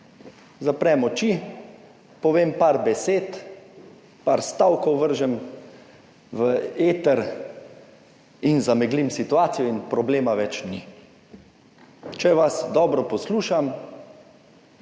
Zaprem oči, povem nekaj besed, nekaj stavkov vržem v eter in zameglim situacijo in problema več ni. Če vas dobro poslušam,